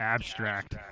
Abstract